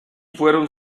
fueron